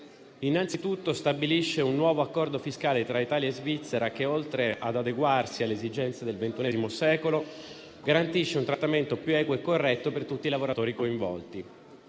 Innanzitutto, stabilisce un nuovo accordo fiscale tra Italia e Svizzera che, oltre ad adeguarsi alle esigenze del XXI secolo, garantisce un trattamento più equo e corretto per tutti i lavoratori coinvolti.